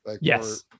Yes